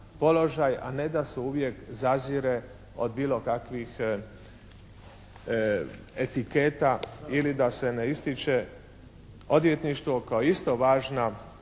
a ne da se uvijek zazire od bilo kakvih etiketa ili da se ne ističe odvjetništvo kao isto važna